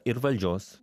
ir valdžios